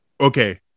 Okay